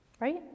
right